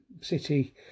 City